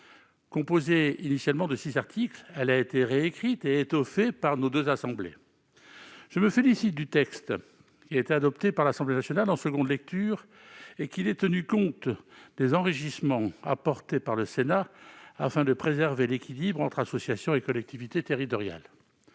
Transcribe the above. composé initialement de six articles, a été réécrit et étoffé par nos deux chambres. Je me félicite que le texte adopté par l'Assemblée nationale en deuxième lecture ait tenu compte des enrichissements apportés par le Sénat afin de préserver l'équilibre entre associations et collectivités territoriales.